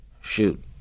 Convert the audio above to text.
shoot